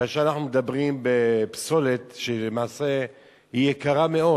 כאשר אנחנו מדברים בפסולת שלמעשה היא יקרה מאוד.